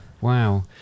Wow